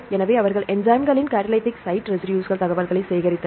எனவே அவர்கள் என்சைம்களின் கடலிடிக் சைட் ரெசிடுஸ் தகவல்களை சேகரித்தனர்